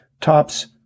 Tops